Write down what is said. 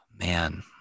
man